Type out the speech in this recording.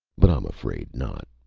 but i'm afraid not.